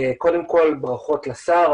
קודם כל ברכות לשר,